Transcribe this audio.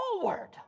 forward